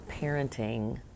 parenting